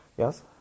Yes